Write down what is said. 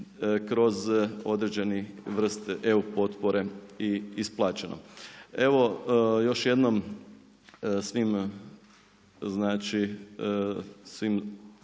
kroz određene vrste EU potpore i isplaćeno. Evo još jednom svim današnjim